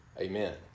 Amen